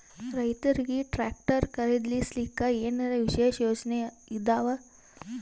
ರೈತರಿಗೆ ಟ್ರಾಕ್ಟರ್ ಖರೀದಿಸಲಿಕ್ಕ ಏನರ ವಿಶೇಷ ಯೋಜನೆ ಇದಾವ?